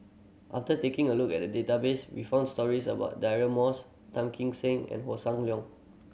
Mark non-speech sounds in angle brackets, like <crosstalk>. after taking a look at the database we found stories about <unintelligible> Moss Tan Kim Seng and Hossan Leong